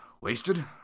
wasted